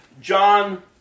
John